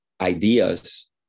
ideas